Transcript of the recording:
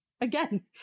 again